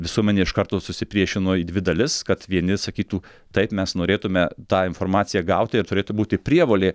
visuomenė iš karto susipriešino į dvi dalis kad vieni sakytų taip mes norėtume tą informaciją gauti ir turėtų būti prievolė